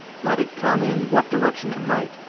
let it come in what direction it might,